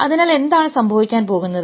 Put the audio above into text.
അതിനാൽ എന്താണ് സംഭവിക്കാൻ പോകുന്നത്